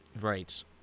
Right